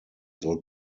soll